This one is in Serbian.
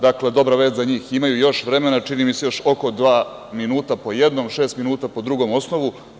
Dakle, dobra vest za njih, imaju još vremena, čini mi se, još oko dva minuta po jednom, šest minuta po drugom osnovu.